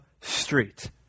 street